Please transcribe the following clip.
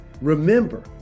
Remember